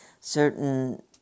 certain